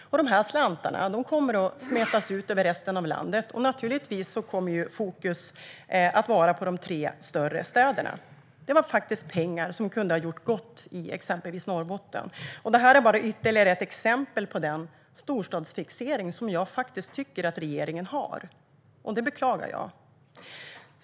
De här slantarna kommer att smetas ut över resten av landet, och naturligtvis kommer fokus att vara på de tre större städerna. Det är faktiskt pengar som kunde ha gjort gott i exempelvis Norrbotten. Det här är bara ytterligare ett exempel på den storstadsfixering som jag faktiskt tycker att regeringen har, och det beklagar jag.